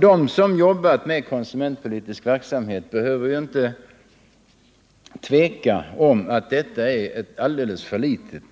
De som jobbat med sådan verksamhet behöver inte tveka om att det är alldeles för litet.